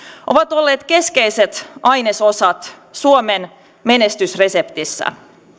ovat olleet keskeiset ainesosat suomen menestysreseptissä